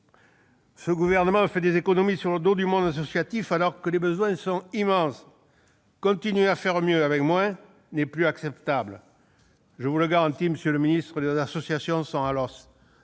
Ce gouvernement fait des économies sur le dos du monde associatif alors que les besoins sont immenses. Continuer à faire mieux avec moins n'est plus acceptable. Je vous l'assure, monsieur le secrétaire d'État, les associations sont à l'os.